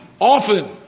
often